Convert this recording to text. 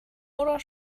oder